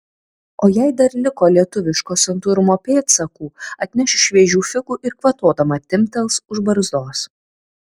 o jei dar liko lietuviško santūrumo pėdsakų atneš šviežių figų ir kvatodama timptels už barzdos